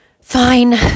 Fine